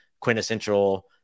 quintessential